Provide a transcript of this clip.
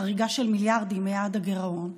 בחריגה של מיליארדים מיעד הגירעון,